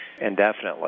indefinitely